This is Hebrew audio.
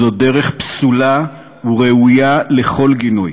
זו דרך פסולה, וראויה לכל גינוי.